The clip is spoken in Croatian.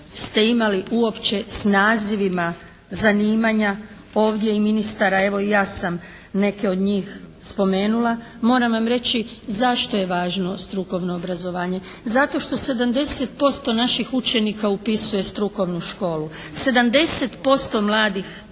ste imali uopće s nazivima zanimanja. Ovdje je i ministar, a evo i ja sam neke od njih spomenula, moram vam reći zašto je važno strukovno obrazovanje. Zato što 70% naših učenika upisuje strukovnu školu. 70% mladih završava